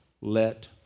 let